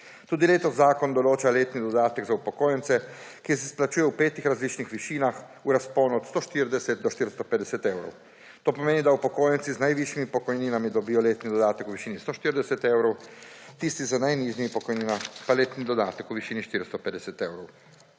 Tudi letos zakon določa letni dodatek za upokojence, ki se izplačuje v petih različnih višinah v razponu od 140 do 450 evrov. To pomeni, da upokojenci z najvišjimi pokojninami dobijo letni dodatek v višini 140 evrov, tisti z najnižjimi pokojninami pa letni dodatek v višini 450 evrov.